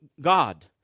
God